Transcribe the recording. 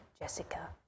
Jessica